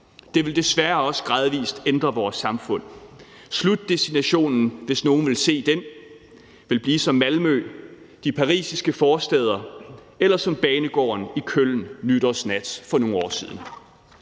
Det vil desværre også gradvis ændre vores samfund. Slutdestinationen, hvis nogen vil se den, vil blive som Malmø, de parisiske forstæder eller som banegården i Köln nytårsnat for nogle år siden.